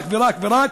רק ורק ורק.